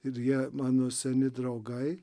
ir jie mano seni draugai